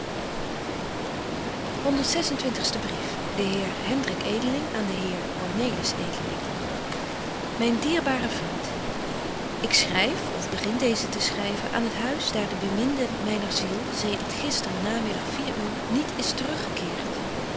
twintigste brief de heer hendrik edeling aan den heer cornelis edeling myn dierbare vriend ik schryf of begin deezen te schryven aan het huis daar de beminde myner ziel zedert gister namiddag vier uuren niet is te rug